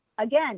again